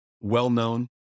well-known